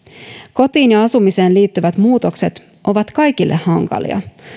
kotiin ja asumiseen liittyvät muutokset ovat kaikille hankalia